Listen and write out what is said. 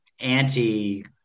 anti